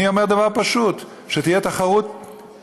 אני אומר דבר פשוט: שתהיה תחרות פוזיטיבית,